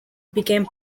became